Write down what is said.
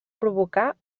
provocar